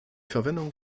verwendung